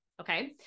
Okay